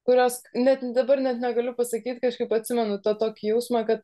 kurios net dabar net negaliu pasakyt kažkaip atsimenu tą tokį jausmą kad